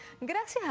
Gracias